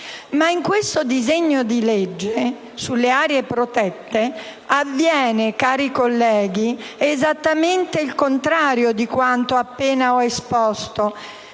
Ma in questo disegno di legge sulle aree protette avviene, cari colleghi, esattamente il contrario di quanto appena esposto: